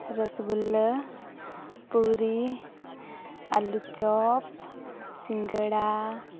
ᱨᱚᱥ ᱜᱩᱞᱞᱟᱹ ᱯᱩᱨᱤ ᱟᱞᱩᱨ ᱪᱚᱯ ᱥᱤᱸᱜᱟᱹᱲᱟ